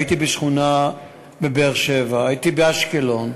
הייתי בשכונה בבאר-שבע, הייתי באשקלון,